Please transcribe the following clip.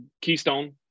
Keystone